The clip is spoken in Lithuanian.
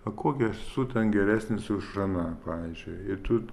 o kuo gi esu ten geresnis už aną pavyzdžiui ir tu